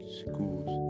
schools